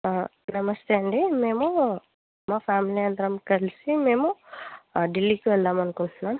నమస్తే అండి మేము మా ఫ్యామిలీ అందరం కలిసి మేము ఢిల్లీకి వెళదాం అనుకుంటున్నాం